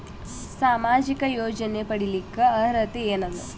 ಸಾಮಾಜಿಕ ಯೋಜನೆ ಪಡಿಲಿಕ್ಕ ಅರ್ಹತಿ ಎನದ?